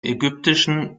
ägyptischen